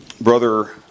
brother